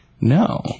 no